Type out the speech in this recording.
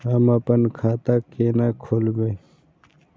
हम अपन खाता केना खोलैब?